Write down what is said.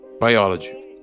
Biology